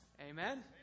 Amen